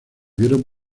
vieron